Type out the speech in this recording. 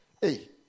Hey